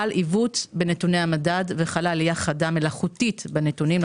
חל עיוות בנתוני המדד וחלה עלייה חדה מלאכותית בנתונים,